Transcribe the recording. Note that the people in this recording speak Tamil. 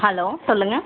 ஹலோ சொல்லுங்கள்